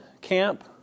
camp